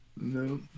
No